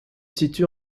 situe